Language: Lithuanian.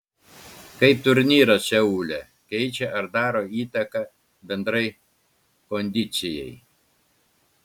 kaip turnyras seule keičia ar daro įtaką bendrai kondicijai